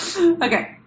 Okay